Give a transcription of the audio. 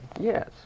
Yes